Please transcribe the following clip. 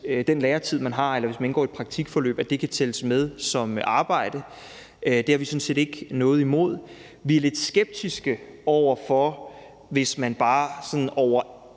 den læretid, man har, eller hvis man indgår i et praktikforløb, kan tælles med som arbejde. Det har vi sådan set ikke noget imod. Vi er lidt skeptiske over for, at man bare sådan over